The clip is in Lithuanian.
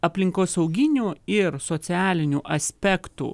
aplinkosauginių ir socialinių aspektų